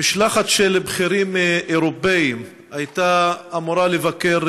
משלחת של בכירים אירופים הייתה אמורה לבקר